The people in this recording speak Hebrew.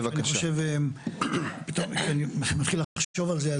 אני חושב, אני מתחיל לחשוב על זה.